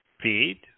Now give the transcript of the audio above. feed